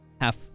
Half